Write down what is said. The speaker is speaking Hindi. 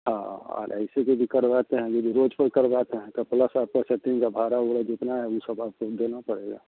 हाँ और ऐसे यदि करवाते हैं यानी रोज़ का करवाते हैं तो भाड़ा वड़ा जितना है ऊ सब आपको ही देना पड़ेगा